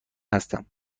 هستم